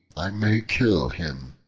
i may kill him.